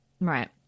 Right